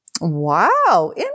Wow